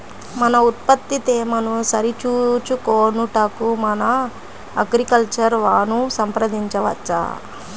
మన ఉత్పత్తి తేమను సరిచూచుకొనుటకు మన అగ్రికల్చర్ వా ను సంప్రదించవచ్చా?